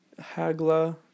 Hagla